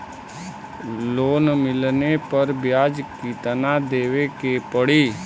Loan मिलले पर ब्याज कितनादेवे के पड़ी?